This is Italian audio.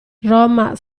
roma